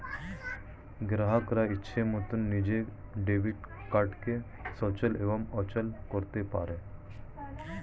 গ্রাহকরা ইচ্ছে মতন নিজের ডেবিট কার্ডকে সচল এবং অচল করতে পারে